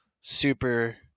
super